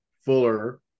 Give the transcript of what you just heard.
fuller